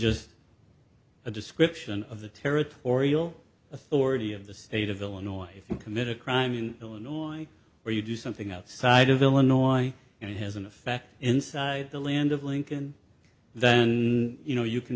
just a description of the territorial authority of the state of illinois if you commit a crime in illinois or you do something outside of illinois and it has an effect inside the land of lincoln then you know you can